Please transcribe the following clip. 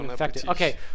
okay